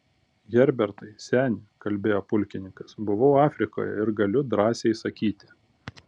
herbertai seni kalbėjo pulkininkas buvau afrikoje ir galiu drąsiai sakyti